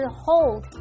hold